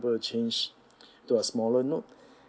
able to change to a smaller note